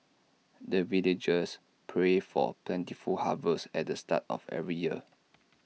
the villagers pray for plentiful harvest at the start of every year